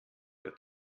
ihr